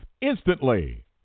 instantly